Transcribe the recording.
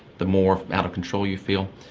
the more out of control you feel.